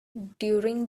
during